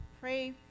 Pray